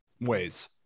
ways